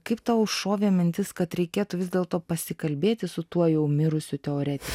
kaip tau šovė mintis kad reikėtų vis dėlto pasikalbėti su tuo jau mirusių teoretiku